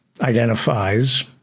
identifies